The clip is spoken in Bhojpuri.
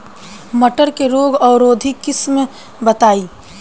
मटर के रोग अवरोधी किस्म बताई?